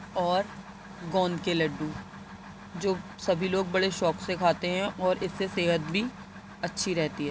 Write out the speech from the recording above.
اور گوند کے لڈّو جو سبھی لوگ بڑے شوق سے کھاتے ہیں اور اِس سے صحت بھی اچھی رہتی ہے